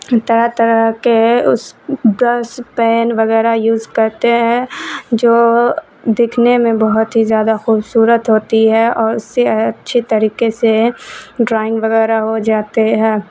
طرح طرح کے اس برس پین وغیرہ یوز کرتے ہیں جو دکھنے میں بہت ہی زیادہ خوبصورت ہوتی ہے اور اس سے اچھی طریقے سے ڈرائنگ وغیرہ ہو جاتے ہے